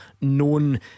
Known